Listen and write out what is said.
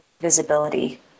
visibility